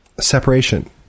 separation